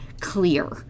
clear